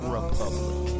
Republic